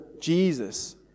Jesus